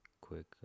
quick